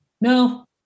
no